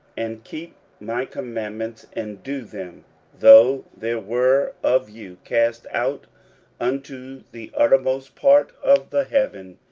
and keep my commandments, and do them though there were of you cast out unto the uttermost part of the heaven,